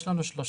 כן, יש לנו 30